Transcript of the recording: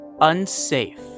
unsafe